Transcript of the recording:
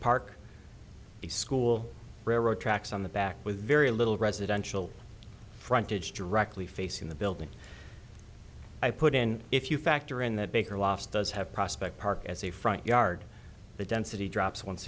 park the school railroad tracks on the back with very little residential frontage directly facing the building i put in if you factor in that baker loss does have prospect park as a front yard the density drops once